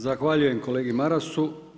Zahvaljujem kolegi Marasu.